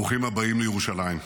ברוכים הבאים לירושלים.